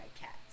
cats